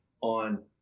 on